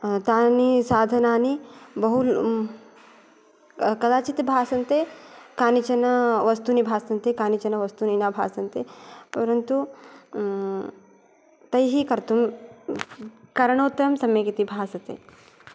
तानि साधनानि बहु कदाचित् भासन्ते कानिचन वस्तूनि भासन्ते कानिचन वस्तूनि न भासन्ते परन्तु तै कर्तुं करणोत्तरं सम्यगिति भासते